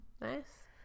Nice